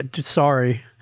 sorry